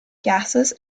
gases